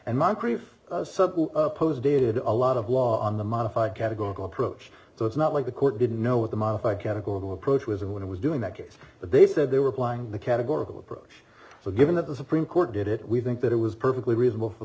moncrief opposed dated a lot of law on the modified categorical approach so it's not like the court didn't know what the modified categorical approach was and when it was doing that case they said they were applying the categorical approach so given that the supreme court did it we think that it was perfectly reasonable for